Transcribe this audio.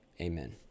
Amen